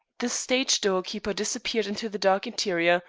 the stage-doorkeeper disappeared into the dark interior,